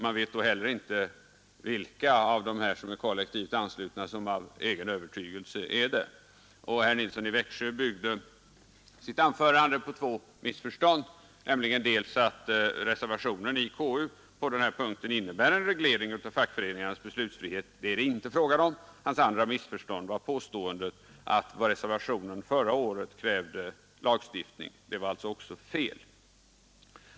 Man vet då heller inte vilka av de kollektivt anslutna som har anslutit sig av egen övertygelse. Herr Nilsson i Växjö byggde sitt anförande på två missförstånd. Det Nr 115 Fredagen den Hans andra missförstånd var att han trodde att reservationen förra året — 10 november 1972 krävde lagstiftning. Det var också fel.